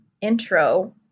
intro